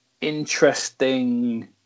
interesting